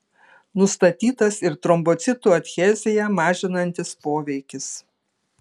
nustatytas ir trombocitų adheziją mažinantis poveikis